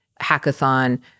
hackathon